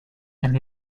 and